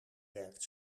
werkt